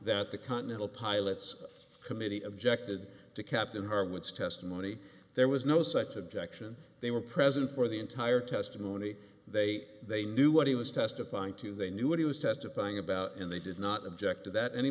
that the continental pilots committee objected to captain harwood's testimony there was no such objection they were present for the entire testimony they they knew what he was testifying to they knew what he was testifying about and they did not object to that any